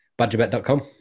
BadgerBet.com